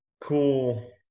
cool